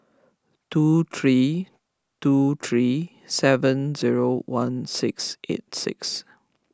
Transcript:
two three two three seven zero one six eight six